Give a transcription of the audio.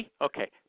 Okay